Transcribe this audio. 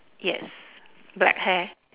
yes black hair